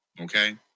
Okay